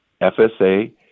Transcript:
FSA